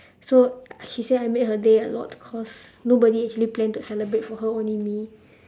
so she say I made her day a lot cause nobody actually plan to celebrate for her only me